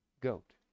goat